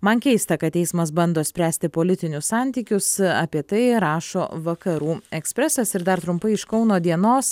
man keista kad teismas bando spręsti politinius santykius apie tai rašo vakarų ekspresas ir dar trumpai iš kauno dienos